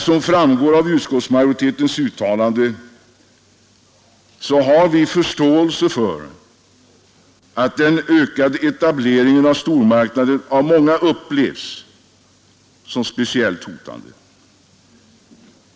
Som framgår av utskottsmajoritetens uttalande har vi förståelse för att den ökade etableringen av stormarknader av många upplevs som speciellt hotande.